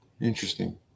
interesting